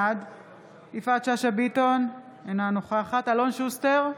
בעד יפעת שאשא ביטון, אינה נוכחת אלון שוסטר,